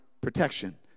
protection